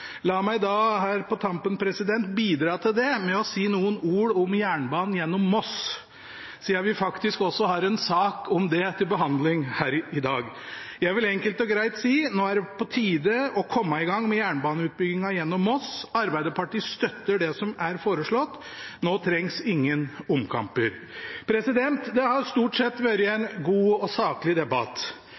faktisk også har en sak om det til behandling her i dag. Jeg vil enkelt og greit si at nå er det på tide å komme i gang med jernbaneutbyggingen gjennom Moss. Arbeiderpartiet støtter det som er foreslått – nå trengs ingen omkamper. Det har stort sett vært en god og saklig debatt,